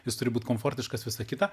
jis turi būt komfortiškas visa kita